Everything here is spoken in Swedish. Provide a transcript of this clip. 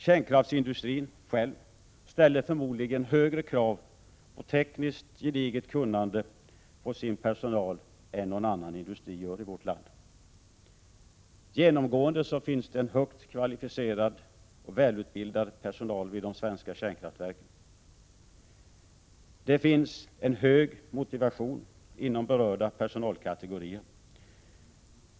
Kärnkraftsindustrin själv ställer förmodligen högre krav på tekniskt gediget kunnande hos sin personal än vad någon annan industri gör i vårt land. Genomgående finns en högt kvalificerad och väl utbildad personal vid de svenska kärnkraftverken. Det finns en hög motivation hos berörda personalkategorier.